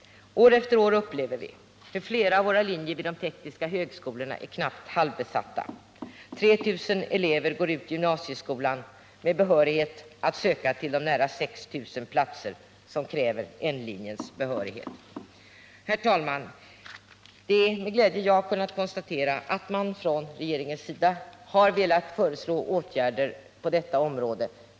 Under många år har flera av linjerna vid de tekniska högskolorna varit knappt halvbesatta. Från gymnasieskolans N-linje kommer varje år 3 000 elever som kan söka de 6 000 platser vilka som behörighet kräver genomgång av naturvetenskaplig linje. Herr talman! Det är med stor glädje jag kunnat konstatera att regeringen har velat föreslå åtgärder på detta område.